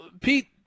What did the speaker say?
pete